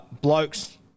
Blokes